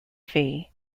fee